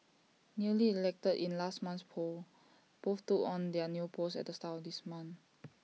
newly elected in last month's polls both took on their new posts at the start of this month